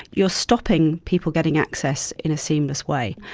you are stopping people getting access in a seamless way,